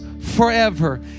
forever